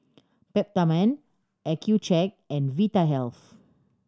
Peptamen Accucheck and Vitahealth